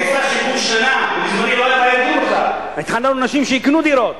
הייתי שר שיכון שנה, התחננו לאנשים שיקנו דירות.